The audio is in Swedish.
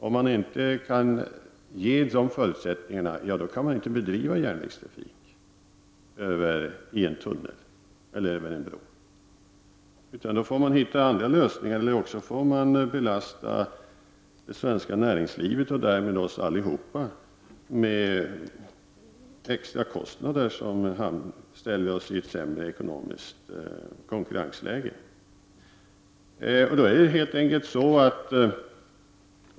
Om man inte kan skapa de förutsättningarna, då kan man inte bedriva järnvägstrafik i en tunnel eller över en bro, utan då får man finna andra lösningar eller också får man belasta det svenska näringslivet och därmed oss alla med extra kostnader, vilket försätter oss i ett sämre konkurrensläge.